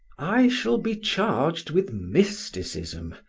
i shall be charged with mysticism,